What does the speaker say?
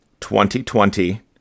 2020